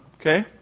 okay